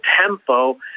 tempo